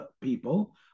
people